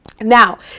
Now